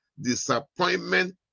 disappointment